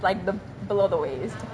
like the below the waist